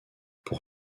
pour